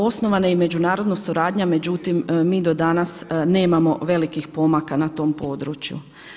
Osnovana je i međunarodna suradnja, međutim mi do danas nemamo velikih pomaka na tom području.